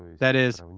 that is,